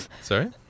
Sorry